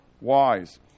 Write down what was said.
wise